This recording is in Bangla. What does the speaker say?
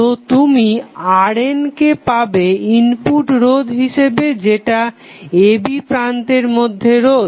তো তুমি RN কে পাবে ইনপুট রোধ হিসাবে যেটা a b প্রান্তের মধ্যে রোধ